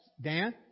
Dan